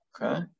Okay